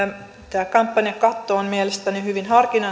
tämä kampanjakatto on mielestäni hyvin harkinnan